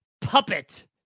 Puppet